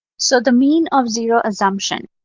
so the mean of zero assumption.